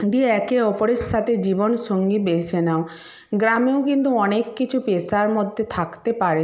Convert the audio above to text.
দিয়ে একে অপরের সাথে জীবনসঙ্গী বেছে নাও গ্রামেও কিন্তু অনেক কিছু পেশার মধ্যে থাকতে পারে